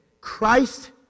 Christ